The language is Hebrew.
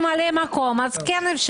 ושישבו מרכז הקואליציה ומרכז האופוזיציה.